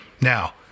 Now